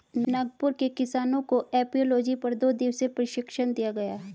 नागपुर के किसानों को एपियोलॉजी पर दो दिवसीय प्रशिक्षण दिया गया